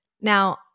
Now